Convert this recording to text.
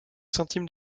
centimes